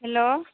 hello